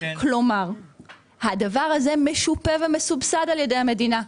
כלומר הדבר הזה משופה ומסובסד על ידי המדינה.